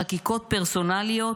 חקיקות פרסונליות,